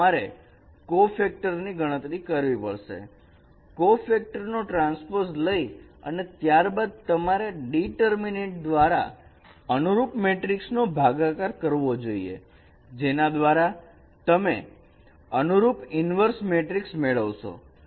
અને તમારે cofactor ની ગણતરી કરવી પડશે કો ફેક્ટર નો ટ્રાન્સપોઝ લઈ અને ત્યારબાદ તમારે ડીટર્મીનેટ દ્વારા અનુરૂપ મેટ્રિક્સનો ભાગાકાર કરવો જોઈએ જેના દ્વારા તમે અનુરૂપ ઈનવર્ષ મેટ્રિક મેળવશો